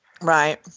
Right